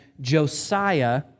Josiah